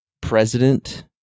president